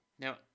Now